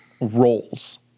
roles